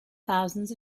thousands